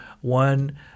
one